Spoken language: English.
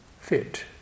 fit